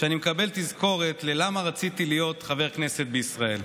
שאני מקבל תזכורת למה רציתי להיות חבר כנסת בישראל.